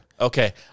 Okay